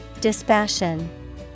Dispassion